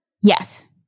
yes